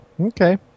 okay